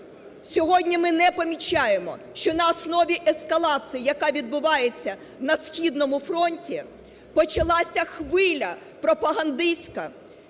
сьогодні ми не помічаємо, що на основі ескалації, яка відбувається на східному фронті, почалася хвиля пропагандистська